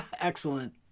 Excellent